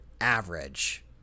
average